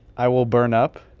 i will burn up.